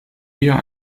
eher